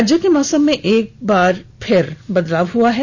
राज्य के मौसम में एक बार फिर बदलाव हुआ है